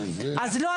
אז לא,